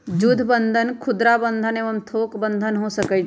जुद्ध बन्धन खुदरा बंधन एवं थोक बन्धन हो सकइ छइ